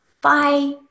bye